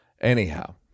anyhow